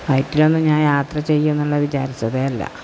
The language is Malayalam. ഫ്ളൈറ്റിലൊന്നും ഞാൻ യാത്ര ചെയ്യൂന്നൊള്ളെ വിചാരിച്ചതേയല്ല